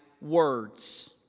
words